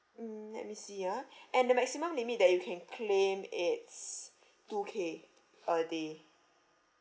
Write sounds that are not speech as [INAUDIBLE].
mm let me see ah [BREATH] and the maximum limit that you can claim it's two K a day